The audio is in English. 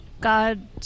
god